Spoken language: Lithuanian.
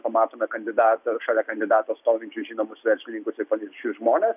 pamatome kandidatą šalia kandidato stovinčius žinomus verslininkus ir panašius žmones